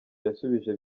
yasubije